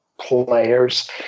players